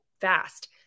fast